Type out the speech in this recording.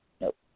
Nope